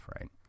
right